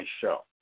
show